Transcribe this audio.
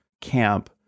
camp